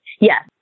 Yes